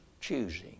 choosing